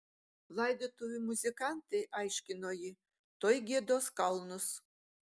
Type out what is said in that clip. laidotuvių muzikantai aiškino ji tuoj giedos kalnus